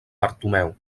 bartomeu